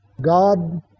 God